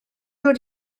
dod